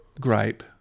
gripe